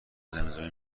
زمزمه